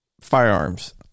firearms